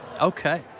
Okay